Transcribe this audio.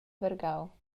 vargau